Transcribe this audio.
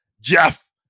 Jeff